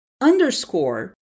underscore